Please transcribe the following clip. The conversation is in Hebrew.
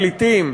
פליטים,